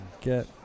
get